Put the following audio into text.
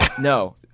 No